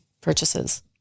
purchases